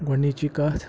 گۄڈٕنِچی کَتھ